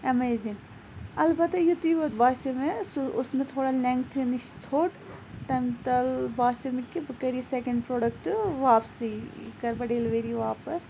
amazing اَلبَتہ یُتٕے یوت باسیٚو مےٚ سُہ اوس نہٕ تھوڑا لینٛگتھہِ نِش ژھوٚٹ تمہِ تَل باسیٚو مےٚ کہِ بہٕ کَرٕ یہِ سیٚکَنٛڈ پروڈَکٹ واپسٕے یہِ کَرٕ بہٕ ڈیٚلِؤری واپَس